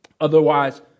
Otherwise